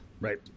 Right